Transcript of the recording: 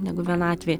negu vienatvei